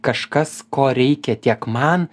kažkas ko reikia tiek man